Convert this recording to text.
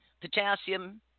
potassium